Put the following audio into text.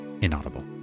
inaudible